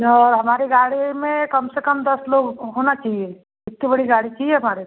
और हमारी गाड़ी में कम से कम दस लोग होना चाहिए इतनी बड़ी गाड़ी चाहिए हमारे को